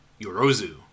Yorozu